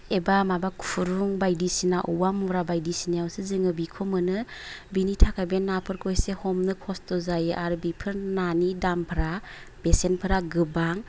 एबा माबा खुरुं बायदिसिना औवा मुरा बायदिसिनायावसो जोङो बिखौ मोनो बिनि थाखाय बे नाफोरखौ एसे हमनो खस्थ' जायो आरो बिफोर नानि दामफ्रा बेसेनफोरा गोबां